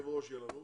כאב ראש יהיה לנו.